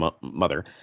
mother